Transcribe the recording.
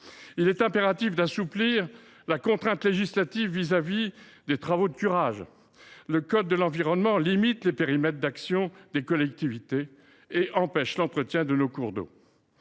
Il est impératif d’alléger la contrainte législative pesant sur les travaux de curage. Le code de l’environnement limite le périmètre d’action des collectivités territoriales et empêche l’entretien de nos cours d’eau.